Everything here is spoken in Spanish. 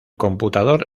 computador